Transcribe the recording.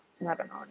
lebanon